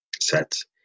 sets